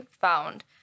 found